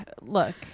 look